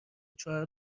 چهار